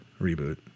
reboot